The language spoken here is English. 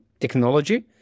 technology